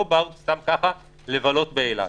לא באו סתם ככה לבלות באילת.